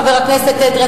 חבר הכנסת אדרי,